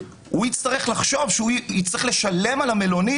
הוא יצטרך לחשוב שהוא יצטרך לשלם על המלונית